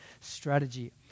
strategy